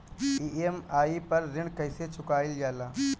EMI पर ऋण कईसे चुकाईल जाला?